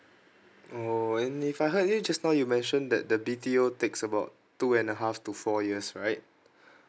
orh and if I heard you just now you mention that the B_T_O takes about two and a half to four years right